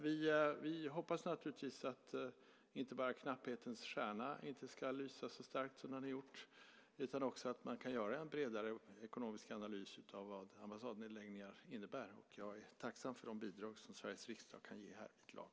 Vi hoppas naturligtvis inte bara att knapphetens stjärna inte ska lysa så starkt som den har gjort utan också att man kan göra en bredare ekonomisk analys av vad ambassadnedläggningar innebär, och jag är tacksam för de bidrag som Sveriges riksdag kan ge härvidlag.